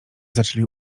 zaczęli